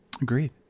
Agreed